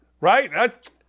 right